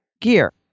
gear